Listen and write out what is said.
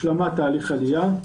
השלמת תהליך עלייה,